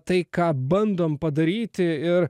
tai ką bandom padaryti ir